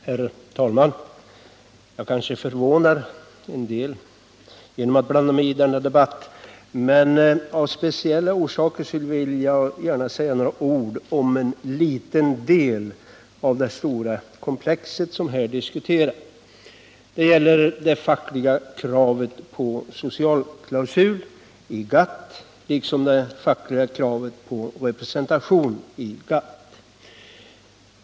Herr talman! Jag kanske förvånar en del genom att blanda mig i denna debatt. Men av speciella orsaker vill jag gärna säga några ord om en liten del av det stora komplex som här diskuteras. Det gäller det fackliga kravet på socialklausul i GATT liksom det fackliga kravet på representation i GATT.